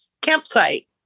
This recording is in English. campsite